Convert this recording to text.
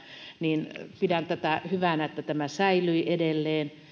niin pidän hyvänä että tämä säilyi edelleen